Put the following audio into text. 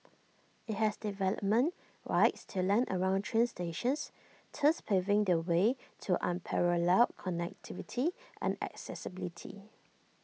IT has development rights to land around train stations thus paving the way to unparalleled connectivity and accessibility